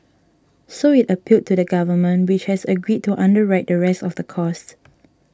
so it appealed to the Government which has agreed to underwrite the rest of the cost